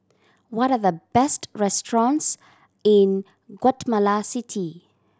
what are the best restaurants in Guatemala City